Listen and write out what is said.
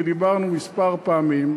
כי דיברנו כמה פעמים,